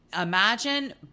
Imagine